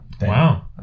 Wow